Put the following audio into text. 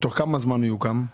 תוך כמה זמן הוא יוקם?